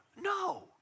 No